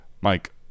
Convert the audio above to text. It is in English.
Mike